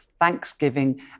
thanksgiving